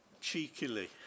Cheekily